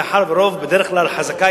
מאחר שבדרך כלל החזקה,